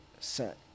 set